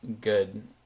good –